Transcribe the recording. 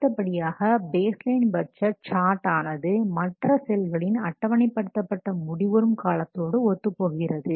அடுத்தபடியாக base line budget chart ஆனது மற்ற செயல்களின் அட்டவணைப்படுத்தப்பட்ட முடிவுறும் காலத்தோடு ஒத்து போகிறது